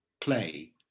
play